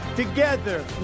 Together